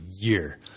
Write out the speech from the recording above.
year